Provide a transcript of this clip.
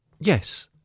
Yes